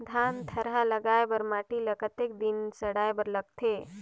धान थरहा लगाय बर माटी ल कतेक दिन सड़ाय बर लगथे?